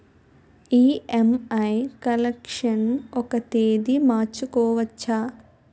EMI collection ఒక తేదీ మార్చుకోవచ్చా?